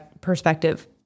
perspective